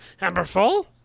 Amberfall